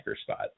spot